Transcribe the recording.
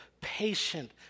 patient